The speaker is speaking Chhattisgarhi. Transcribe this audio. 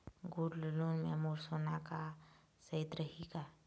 गोल्ड लोन मे मोर सोना हा सइत रही न?